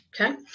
Okay